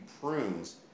prunes